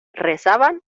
rezaban